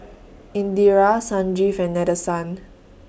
Indira Sanjeev and Nadesan